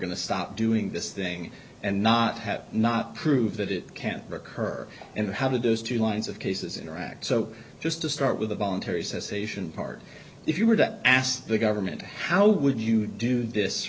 going to stop doing this thing and not have not prove that it can't occur and how did those two lines of cases interact so just to start with a voluntary cessation part if you were to ask the government how would you do this